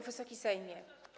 Wysoki Sejmie!